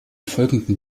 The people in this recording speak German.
folgenden